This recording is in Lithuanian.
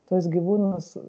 tuos gyvūnus